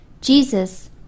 Jesus